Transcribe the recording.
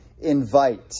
invite